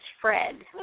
Fred